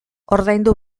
ordaindu